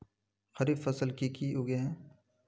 खरीफ फसल की की उगैहे?